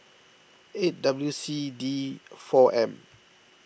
eight W C D four M